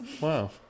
Wow